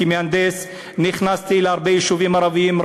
כמהנדס נכנסתי להרבה יישובים ערביים,